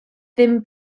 ddim